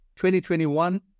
2021